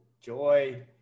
joy